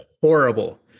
horrible